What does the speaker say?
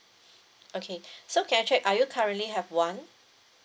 okay so can I check are you currently have one